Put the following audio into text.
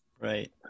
Right